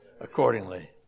accordingly